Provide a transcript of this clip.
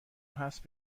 هست